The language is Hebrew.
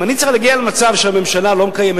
אם אני צריך להגיע למצב שהממשלה לא מקיימת